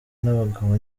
n’abagabo